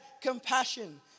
compassion